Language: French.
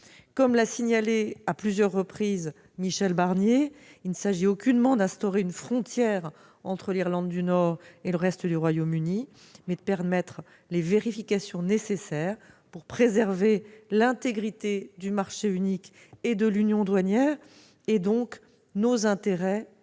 Comme l'a signalé à plusieurs reprises Michel Barnier, il ne s'agit aucunement d'instaurer une frontière entre l'Irlande du Nord et le reste du Royaume-Uni, mais il s'agit de permettre les vérifications nécessaires pour préserver l'intégrité du marché unique et de l'union douanière, et par conséquent nos intérêts.